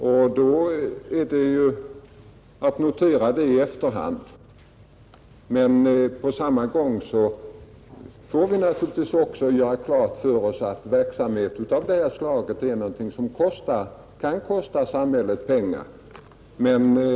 Då har man ju endast att notera detta i efterhand, men på samma gång får man givetvis göra klart för sig att stödverksamhet av det här slaget är någonting som kan kosta samhället pengar.